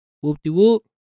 whoop-de-whoop